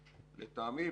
לטעמי,